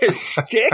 stick